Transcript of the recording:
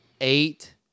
Eight